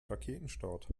raketenstart